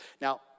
Now